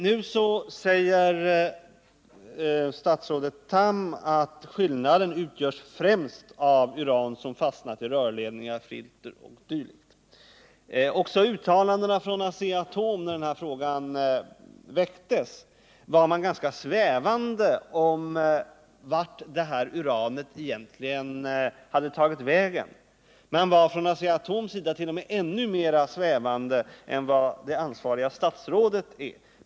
Nu säger statsrådet Tham att skillnaden mellan de mängder uran som anländer till resp. lämnar bränslefabriken främst utgörs av uran som fastnat i rörledningar, filter o. d. Också från Asea-Atom var man, när denna fråga väcktes, ganska svävande i sina uttalanden om vart detta uran egentligen hade tagit vägen. Man var från Asea-Atoms sida t.o.m. ännu mer svävande än vad det ansvariga statsrådet är.